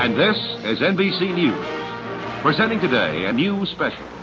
and this is nbc news presenting today a new special,